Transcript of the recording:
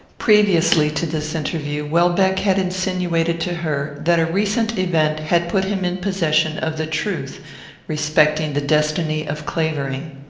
previously to this interview, welbeck had insinuated to her that a recent event had put him in possession of the truth respecting the destiny of clavering.